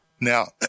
Now